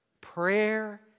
Prayer